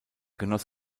genoss